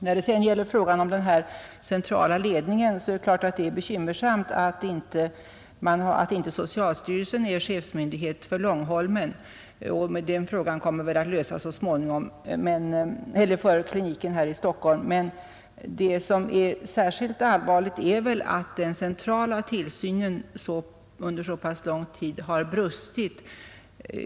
När det gäller frågan om den centrala ledningen är det naturligtvis bekymmersamt att inte socialstyrelsen är chefsmyndighet för kliniken här i Stockholm, även om den frågan väl kommer att lösas så småningom. Men det som är särskilt allvarligt är väl att den centrala tillsynen under så pass lång tid har brustit.